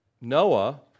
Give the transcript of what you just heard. Noah